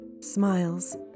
smiles